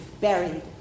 buried